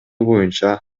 боюнча